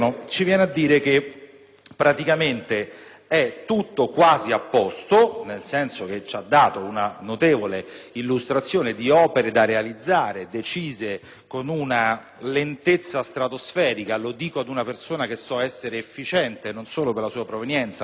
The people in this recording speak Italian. che praticamente è tutto o quasi a posto, nel senso che ci ha fornito una notevole illustrazione di opere da realizzare, decise con una lentezza stratosferica (mi rivolgo ad una persona che so essere efficiente, non solo per la sua provenienza, ma anche per la sua storia personale).